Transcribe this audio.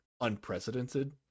unprecedented